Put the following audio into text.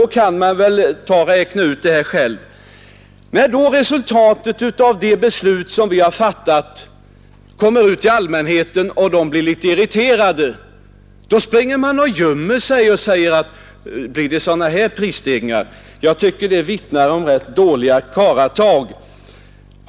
Man kan alltså räkna ut de här prisstegringarna själv. När resultatet av det beslut vi har fattat kommer ut till allmänheten — som blir litet irriterad — springer man och gömmer sig och säger: Blir det sådana här prisstegringar! Jag tycker att detta vittnar om rätt dåliga karlatag.